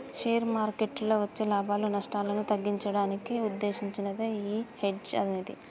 share మార్కెట్టులో వచ్చే లాభాలు, నష్టాలను తగ్గించడానికి వుద్దేశించినదే యీ హెడ్జ్ అనేది